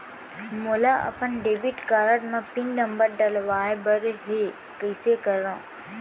मोला अपन debit card म पिन नंबर डलवाय बर हे कइसे करव?